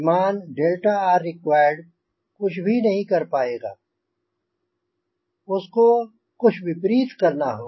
विमान𝛿rrequired कुछ भी नहीं कर पाएगा उसको कुछ विपरीत करना होगा